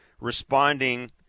responding